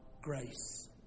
grace